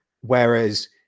Whereas